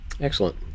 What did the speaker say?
Excellent